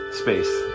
space